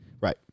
right